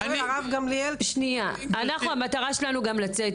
אנחנו המטרה שלנו גם לצאת.